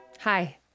Hi